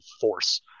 force